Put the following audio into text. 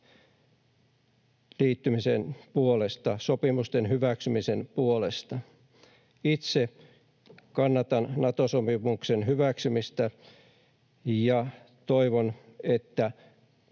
liittymisen puolesta, sopimusten hyväksymisen puolesta. Itse kannatan Nato-sopimuksen hyväksymistä ja toivon, että